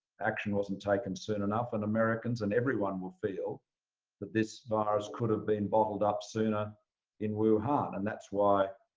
action wasn't taken soon enough. and americans and everyone will feel that this virus could have been bottled up sooner in wuhan. and that's why